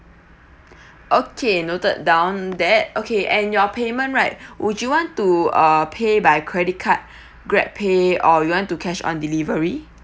okay noted down that okay and your payment right would you want to uh pay by credit card grab pay or you want to cash on delivery